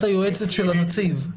את היועצת של הנציב?